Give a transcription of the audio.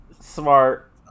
smart